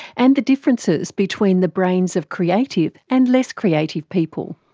and the differences between the brains of creative and less creative people.